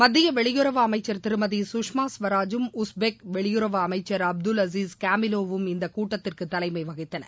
மத்தியவெளியுறவு அமைச்ச் திருமதி குஷ்மாகவராஜ் ம்உஸ்பெக் வெளியுறவு அமைச்ச் அப்துல் அசிஸ் கமிலோவும் இந்தக் கூட்டத்துக்கு தலைமைவகித்தார்கள்